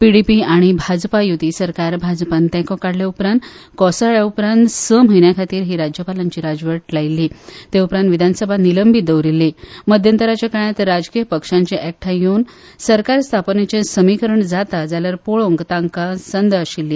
पिडिपी आनी भाजपा यूती सरकार भाजपान तेंको काडले उपरांत कोसळ्ळे उपरांत स म्हयन्या खातीर ही राज्यपालांची राजवट लायिल्ली ते उपरांत विधानसभा निलंबीत दवरिल्ली मध्यंतराच्या काळांत राजकी पक्षाचें एकठांय येवन सरकार स्थापनेचे समीकरण जाता जाल्यार पळोवंक तांकां संद आशिल्ली